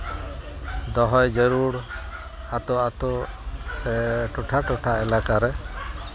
ᱫᱚᱦᱚᱭ ᱡᱟᱹᱨᱩᱲ ᱟᱛᱳ ᱟᱛᱳ ᱥᱮ ᱴᱚᱴᱷᱟ ᱴᱚᱴᱷᱟ ᱮᱞᱟᱠᱟ ᱨᱮ